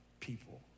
people